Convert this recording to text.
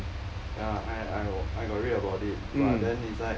ya I I I got read about it but then it's like